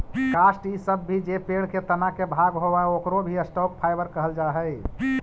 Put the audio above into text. काष्ठ इ सब भी जे पेड़ के तना के भाग होवऽ, ओकरो भी स्टॉक फाइवर कहल जा हई